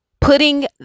Putting